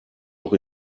noch